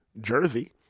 Jersey